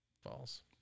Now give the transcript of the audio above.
False